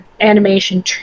animation